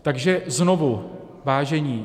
Takže znovu, vážení.